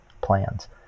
plans